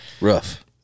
Rough